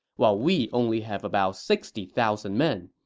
while we only have about sixty thousand men.